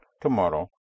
Tomorrow